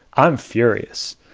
i'm furious.